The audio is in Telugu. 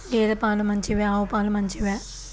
గేద పాలు మంచివా ఆవు పాలు మంచివా?